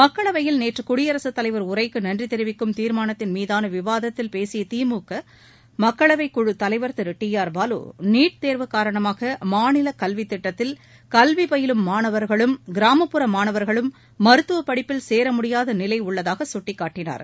மக்களவையில் நேற்று குடியரசுத் தலைவர் உரைக்கு நன்றி தெரிவிக்கும் தீர்மானத்தின் மீதான விவாதத்தில் பேசிய திமுக மக்களவைக்குழுத் தலைவர் Thiru T R Baalu NEET தேர்வு காரணமாக மாநில கல்வித் திட்டத்தில் கல்வி பயிலும் மாணவர்களும் கிராமப்புற மாணவர்களும் மருத்துவ படிப்பில் சேர முடியாத நிலை உள்ளதாக சுட்டிக்காட்டினார்